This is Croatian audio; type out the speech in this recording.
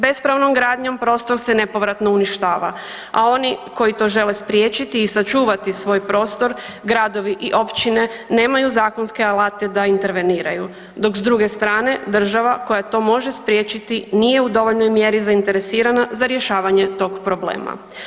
Bespravnom gradnjom prostor se nepovratno uništava, a oni koji to žele spriječiti i sačuvati svoj prostor gradovi i općine nemaju zakonske alate da interveniraju dok s druge strane država koja to može spriječiti nije u dovoljnoj mjeri zainteresirana za rješavanje tog problema.